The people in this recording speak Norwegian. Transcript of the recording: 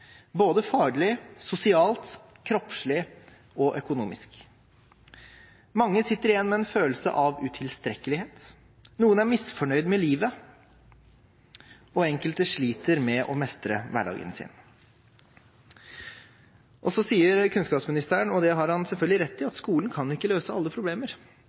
både faglig, sosialt, kroppslig og økonomisk. Mange sitter igjen med en følelse av utilstrekkelighet, noen er misfornøyd med livet, og enkelte sliter med å mestre hverdagen. Kunnskapsministeren sier – og det har han selvfølgelig rett i – at skolen kan ikke løse alle problemer.